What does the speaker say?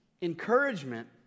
encouragement